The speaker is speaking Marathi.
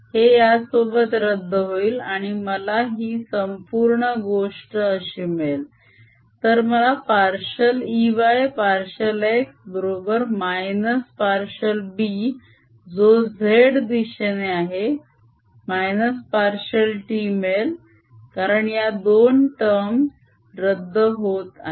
हे यासोबत रद्द होईल आणि मला ही संपूर्ण गोष्ट अशी मिळेल तर मला पार्शिअल Ey पार्शिअल x बरोबर - पार्शिअल B जो z दिशेने आहे - पार्शिअलt मिळेल कारण या दोन टर्म्स रद्द होत आहेत